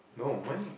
no mine